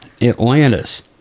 Atlantis